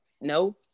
no